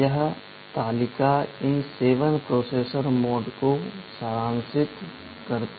यह तालिका इन 7 प्रोसेसर मोड को सारांशित करती है